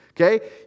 Okay